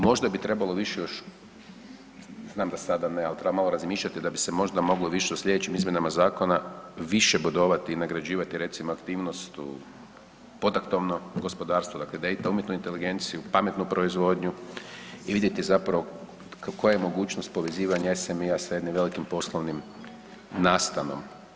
Možda bi trebalo više, znam da sada ne, ali treba malo razmišljati da bi se možda moglo više u slijedećim izmjenama zakona više bodovati i nagrađivati recimo aktivnost u podatkovnom gospodarstvu dakle da i tu umjetnu inteligenciju, pametnu proizvodu i vidjeti zapravo koja je mogućnost povezivanja SMI-a sa jednim velikim poslovnim nastanom.